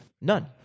None